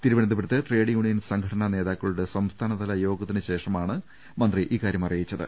തിരുവനന്തപു രത്ത് trade union സംഘടനാ നേതാക്കളുടെ സംസ്ഥാനതല യോഗത്തിനു ശ്രേഷമാണ് മന്ത്രി ഇക്കാര്യം അറിയിച്ചത്